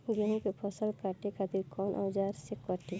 गेहूं के फसल काटे खातिर कोवन औजार से कटी?